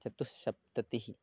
चतुस्सप्ततिः